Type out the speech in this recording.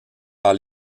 par